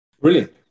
Brilliant